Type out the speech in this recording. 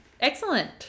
Excellent